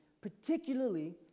particularly